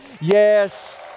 Yes